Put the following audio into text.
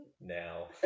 now